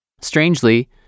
Strangely